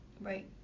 Right